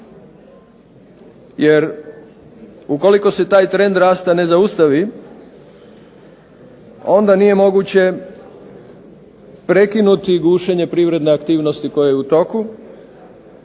jer ukoliko se taj trend rasta ne zaustavi onda nije moguće prekinuti gušenje privredne aktivnosti koje je u toku,